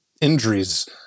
injuries